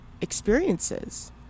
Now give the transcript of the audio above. experiences